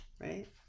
Right